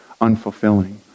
unfulfilling